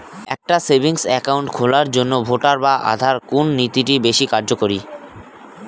একটা savings account খোলার জন্য ভোটার বা আধার কোন নথিটি বেশী কার্যকরী?